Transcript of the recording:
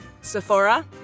Sephora